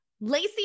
Lacey